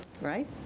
Right